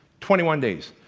twenty one days,